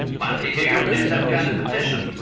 one kikuyu produced some kind of petition.